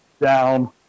down